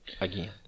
again